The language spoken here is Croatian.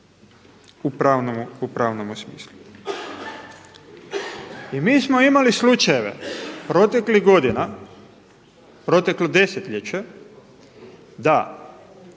u pravnom smislu. I mi smo imali slučajeve proteklih godina, proteklo desetljeće da